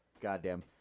Goddamn